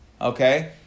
Okay